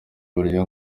uburyo